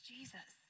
Jesus